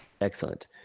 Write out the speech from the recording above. Excellent